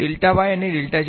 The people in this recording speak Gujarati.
વિદ્યાર્થી dy